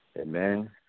Amen